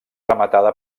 rematada